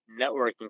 networking